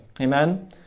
Amen